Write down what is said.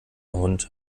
hund